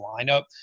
lineup